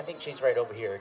i think she's right over here